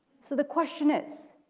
so the question is,